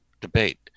debate